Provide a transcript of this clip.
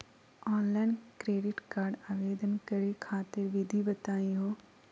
Online credit card आवेदन करे खातिर विधि बताही हो?